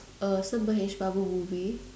uh some Mahesh Babu movie